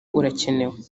urakenewe